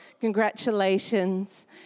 Congratulations